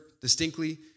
distinctly